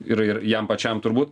ir ir jam pačiam turbūt